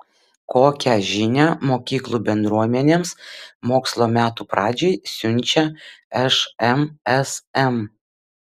kokią žinią mokyklų bendruomenėms mokslo metų pradžiai siunčia šmsm